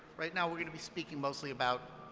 right now we're going to be speaking mostly about